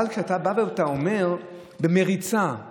אבל כשאתה בא ואומר: במריצה,